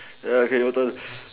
ya okay your turn